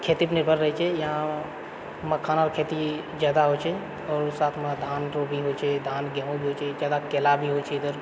खेती पऽ निर्भर रहै छै यहाँ मखानाके खेती जादा होइत छै आओर साथमे धानके खेती धान गेहूँ भी होइत छै जादा केला होइत छै इधर